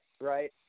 right